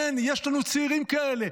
כן, יש לנו צעירים כאלה.